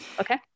Okay